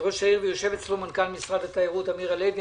שיושב אצלו מנכ"ל משרד התיירות אמיר הלוי.